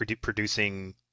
producing